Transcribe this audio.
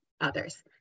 others